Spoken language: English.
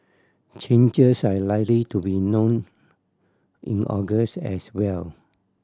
changes are likely to be known in August as well